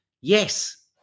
Yes